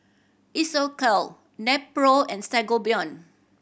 Isocal Nepro and Sangobion